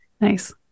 Nice